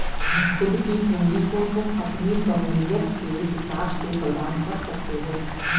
खुद की पूंजी को तुम अपनी सहूलियत के हिसाब से प्रदान कर सकते हो